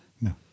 No